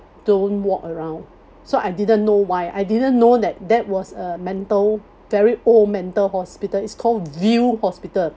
don't walk around so I didn't know why I didn't know that that was a mental very old mental hospital it's called view hospital